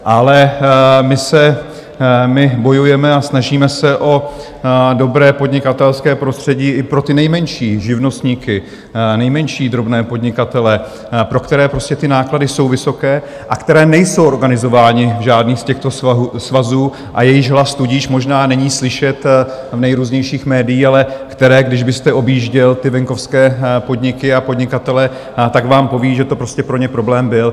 Ale my bojujeme a snažíme se o dobré podnikatelské prostředí i pro ty nejmenší živnostníky, nejmenší drobné podnikatele, pro které prostě ty náklady jsou vysoké a kteří nejsou organizováni v žádných z těchto svazů, a jejichž hlas tudíž možná není slyšet v nejrůznějších médiích, ale kdybyste objížděl ty venkovské podniky a podnikatele, tak vám povědí, že to prostě pro ně problém byl.